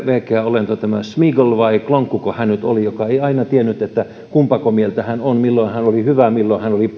veikeä olento tämä smeagol vai klonkkuko hän oli joka ei aina tiennyt kumpaako mieltä hän on milloin hän oli hyvä milloin hän oli